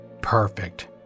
Perfect